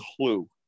clue